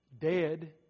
Dead